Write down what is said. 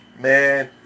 Man